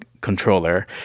controller